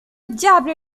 diable